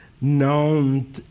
known